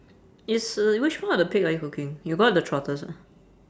is uh which part of the pig are you cooking you got the trotters ah